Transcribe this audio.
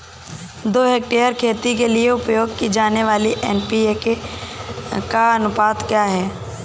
दो हेक्टेयर खेती के लिए उपयोग की जाने वाली एन.पी.के का अनुपात क्या है?